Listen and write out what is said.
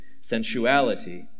sensuality